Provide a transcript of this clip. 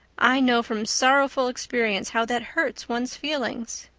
i know from sorrowful experience how that hurts one's feelings.